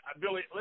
Billy